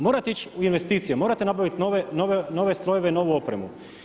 Morate ići u investicije, morate nabavit nove strojeve, novu opremu.